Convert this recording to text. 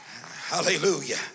Hallelujah